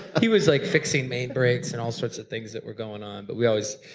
he was like fixing main breaks and all sorts of things that were going on, but we always,